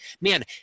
Man